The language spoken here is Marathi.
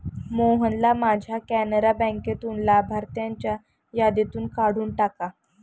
मोहनना माझ्या कॅनरा बँकेतून लाभार्थ्यांच्या यादीतून काढून टाका